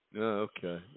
Okay